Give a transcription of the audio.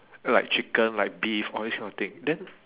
like chicken like beef all this kind of thing then